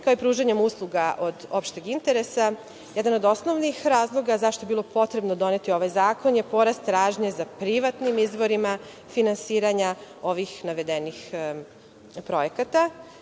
kao i pružanjem usluga od opšteg interesa. Jedan od osnovnih razloga zašto je bilo potrebno doneti ovaj zakon je porast tražnje za privatnim izvorima finansiranja ovih navedenih projekata. Tri